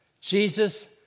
Jesus